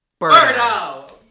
Birdo